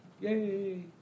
Yay